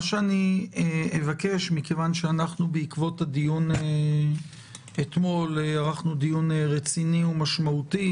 מכיוון שאתמול ערכנו דיון רציני ומשמעותי,